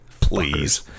Please